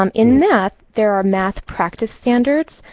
um in math, there are math practice standards.